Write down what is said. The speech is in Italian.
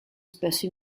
spesso